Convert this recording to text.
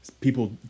people